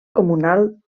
comunal